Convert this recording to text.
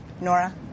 Nora